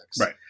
Right